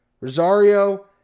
Rosario